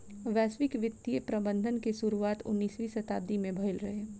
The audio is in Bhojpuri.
वैश्विक वित्तीय प्रबंधन के शुरुआत उन्नीसवीं शताब्दी में भईल रहे